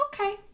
okay